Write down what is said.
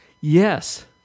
Yes